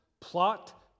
plot